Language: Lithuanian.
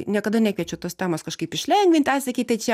niekada nekviečiu tos temos kažkaip išlengvinti ai sakyt tai čia